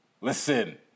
listen